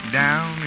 down